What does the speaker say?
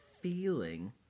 feeling